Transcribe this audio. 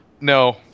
No